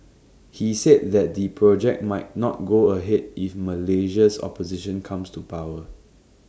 he said that the project might not go ahead if Malaysia's opposition comes to power